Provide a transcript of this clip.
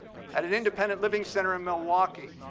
at an independent living center in milwaukee,